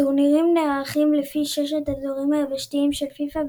הטורנירים נערכים לפי ששת האזורים היבשתיים של פיפ"א,